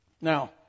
Now